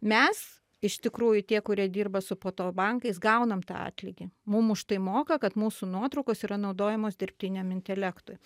mes iš tikrųjų tie kurie dirba su foto bankais gaunam tą atlygį mums už tai moka kad mūsų nuotraukos yra naudojamos dirbtiniam intelektui